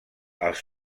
als